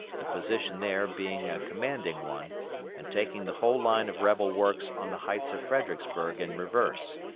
the position there being a commanding one and taking the whole line of rebel works on the heights of fredericksburg in reverse.